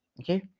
okay